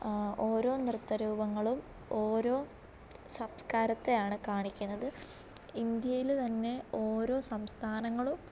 ഓരോ നൃത്തരൂപങ്ങളും ഓരോ സംസ്കാരത്തെയാണ് കാണിക്കുന്നത് ഇന്ത്യയിൽ തന്നെ ഓരോ സംസ്ഥാനങ്ങളും